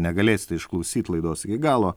negalėsite išklausyt laidos iki galo